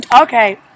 Okay